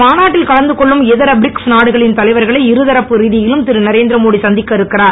மாநாட்டில் கலந்துகொள்ளும் இதர பிரிக்ஸ் நாடுகளின் தலைவர்களை இருதரப்பு ரீதியிலும் திருதரேந்திர மோடி சந்திக்க இருக்கிறார்